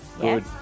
Good